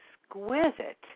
exquisite